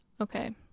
Okay